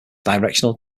directional